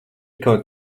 kaut